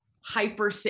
hyper